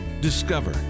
Discover